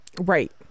Right